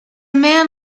man